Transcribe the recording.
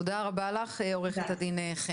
תודה רבה לך, עו"ד חן.